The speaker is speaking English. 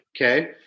Okay